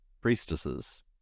Priestesses